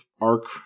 arc